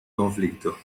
conflicto